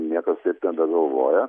niekas taip nebegalvoja